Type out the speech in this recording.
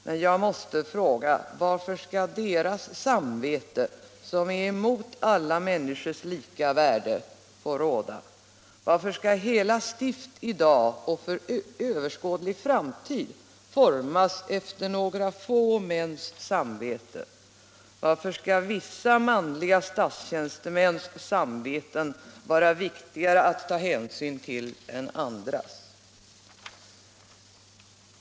Men jag måste fråga: Varför skall deras samveten, som är emot alla människors lika värde, få råda? Varför skall hela stift i dag och för överskådlig framtid formas efter några få mäns samveten? Varför skall vissa manliga statstjänstemäns samveten vara viktigare att ta hänsyn till än andras?